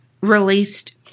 released